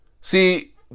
See